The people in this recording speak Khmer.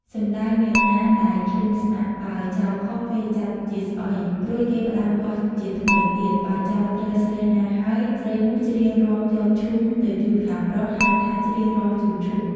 សំដៅនាងណាដែលខ្លួនស្ម័គ្រ បើចោលខុសគេចាត់ជាស្អុយ រួចគេផ្តើមបោះ ជាថ្មីទៀត បើចោលត្រូវស្រីណាហើយ ស្រីនោះច្រៀងរាំយកឈូងទៅជូនខាងប្រុស ហៅថាច្រៀងរាំជូនឈូង។